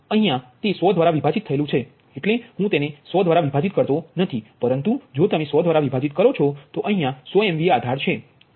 અહીયા તે 100 દ્વારા વિભાજીત થયેલુ છે એટલે હું તેને 100 દ્વારા વિભાજીત કરતો નથી પરંતુ જો તમે 100 દ્વારા વિભાજીત કરો છો અહીયા 100 એમવીએ આધાર છે